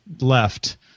left